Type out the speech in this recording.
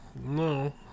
No